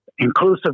inclusive